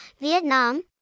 Vietnam